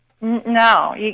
No